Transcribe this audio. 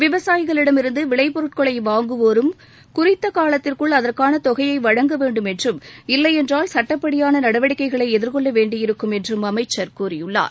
விவசாயிகளிடமிருந்து விளைப் பொருட்களை வாங்குவோரும் குறித்த காலத்திற்குள் அதற்கான தொகையை வழங்க வேண்டும் என்றும் இல்லையென்றால் சுட்டப்படியான நடவடிக்கைகளை எதிர்கொள்ள வேண்டியிருக்கும் என்றும் அமைச்சர் கூறியுள்ளார்